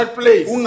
place